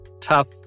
tough